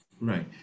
Right